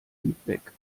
feedback